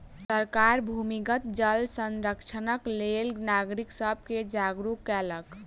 सरकार भूमिगत जल संरक्षणक लेल नागरिक सब के जागरूक केलक